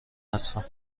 هستم